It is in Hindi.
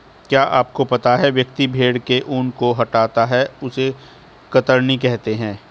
क्या आपको पता है व्यक्ति भेड़ के ऊन को हटाता है उसे कतरनी कहते है?